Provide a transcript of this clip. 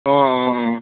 অঁ অঁ অঁ